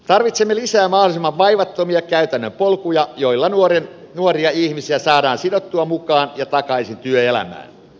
tarvitsemme lisää mahdollisimman vaivattomia käytännön polkuja joilla nuoria ihmisiä saadaan sidottua mukaan ja takaisin työelämään